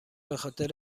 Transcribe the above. بخاطر